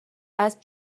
اسب